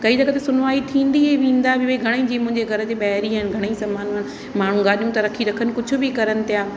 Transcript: कई जॻहि त सुनवाई थींदी ई वेंदा भई जीअं घणई मुंहिंजे घर जे ॿाहिरि ई आहिनि घणई सामान माण्हू गाॾी था रखी रखनि कुझु बि करनि था